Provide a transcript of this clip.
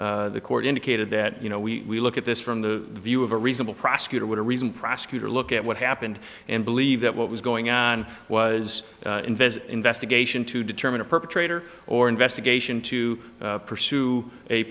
the court indicated that you know we look at this from the view of a reasonable prosecutor would a reason prosecutor look at what happened and believe that what was going on was invest investigation to determine a perpetrator or investigation to pursue a